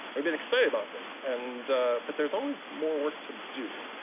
we've been excited about this, and but there's always more work to do.